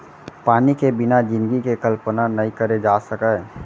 पानी के बिना जिनगी के कल्पना नइ करे जा सकय